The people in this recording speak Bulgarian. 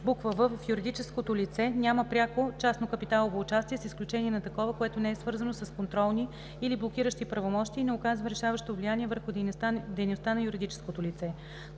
в) в юридическото лице няма пряко частно капиталово участие, с изключение на такова, което не е свързано с контролни или блокиращи правомощия и не оказва решаващо влияние върху дейността на юридическото лице.